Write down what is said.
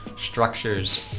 structures